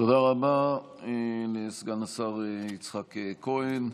תודה רבה לסגן השר יצחק כהן.